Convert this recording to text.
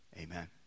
amen